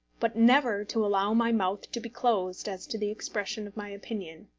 but never to allow my mouth to be closed as to the expression of my opinion.